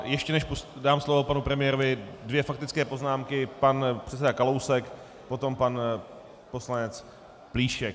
Ještě než dám slovo panu premiérovi, dvě faktické poznámky, pan předseda Kalousek, potom pan poslanec Plíšek.